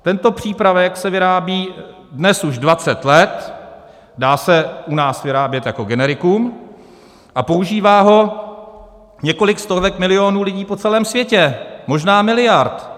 Tento přípravek se vyrábí dnes už 20 let, dá se u nás vyrábět jako generikum a používá ho několik stovek milionů lidí po celém světě, možná miliard.